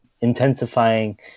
intensifying